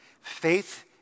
Faith